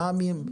במהרה